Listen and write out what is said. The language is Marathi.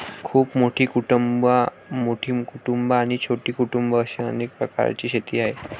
खूप मोठी कुटुंबं, मोठी कुटुंबं आणि छोटी कुटुंबं असे अनेक प्रकारची शेती आहे